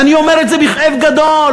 ואני אומר את זה בכאב גדול,